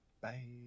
bye